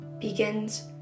begins